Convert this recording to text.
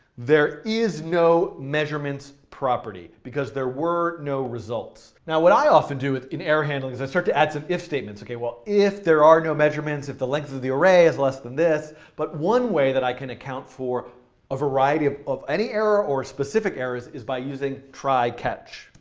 there is no measurements property, because there were no results. now, what i often do in error handling is i start to add some if statements well, if there are no measurements, if the length of the array is less than this. but one way that i can account for a variety of of any error or specific errors is by using try catch.